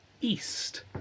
east